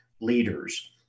leaders